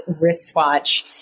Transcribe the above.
wristwatch